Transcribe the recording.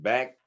Back